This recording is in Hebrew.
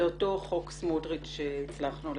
לאותו חוק סמוטריץ שהצלחנו לסכל.